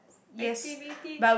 activity